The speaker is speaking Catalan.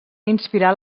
inspirar